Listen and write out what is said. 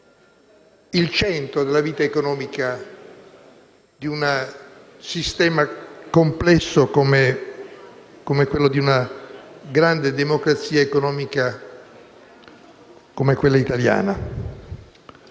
il centro della vita economica di un sistema complesso come quello di una grande democrazia economica quale è quella italiana.